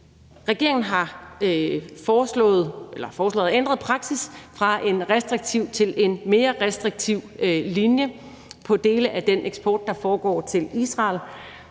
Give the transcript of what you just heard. Regeringen har foreslået en og har ændret praksis fra en restriktiv til en mere restriktiv linje på dele af den eksport, der foregår til Israel.